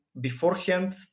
beforehand